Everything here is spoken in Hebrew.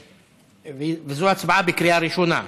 וזו הצבעה בקריאה ראשונה.